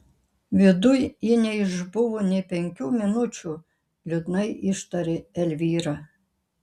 viduj ji neišbuvo nė penkių minučių liūdnai ištarė elvyra